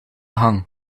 gang